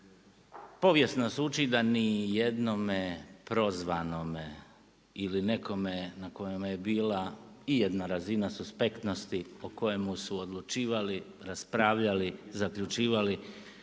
povijest nas uči da nijednome prozvanome ili nekome koja nam je bila i jedna razina sa aspektnosti o kojemu su odlučivali, raspravljali, zaključivali